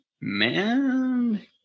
man